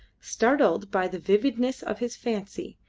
startled by the vividness of his fancy,